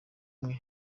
imwe